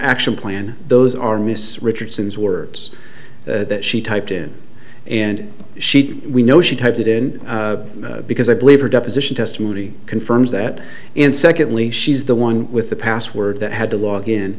action plan those are miss richardson's words that she typed in and she we know she typed it in because i believe her deposition testimony confirms that in secondly she's the one with the password that had to log in